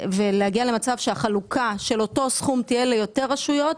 המצב שבו החלוקה של אותו סכום תהיה ליותר רשויות,